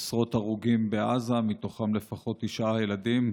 עשרות הרוגים בעזה, מתוכם לפחות תשעה ילדים,